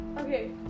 Okay